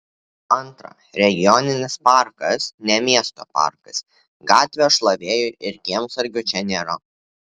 antra regioninis parkas ne miesto parkas gatvės šlavėjų ir kiemsargių čia nėra